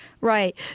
Right